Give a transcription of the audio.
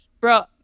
bro